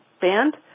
band